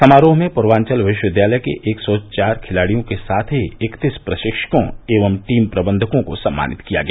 समारोह में पूर्वांचल विश्वविद्यालय के एक सौ चार खिलाड़ियों के साथ ही इकतीस प्रशिक्षकों एवं टीम प्रबंधकों को सम्मानित किया गया